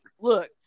look